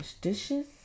dishes